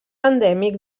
endèmic